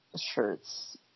shirts